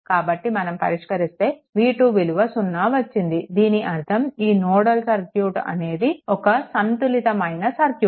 కాబట్టి మనం పరిష్కరిస్తే v2 విలువ సున్నా వచ్చింది దీని అర్థం ఈ నోడల్ సర్క్యూట్ అనేది ఒక సంతులితమైన సర్క్యూట్